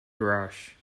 garage